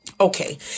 Okay